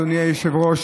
אדוני היושב-ראש,